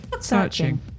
Searching